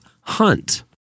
Hunt